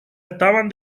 estaban